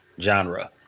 genre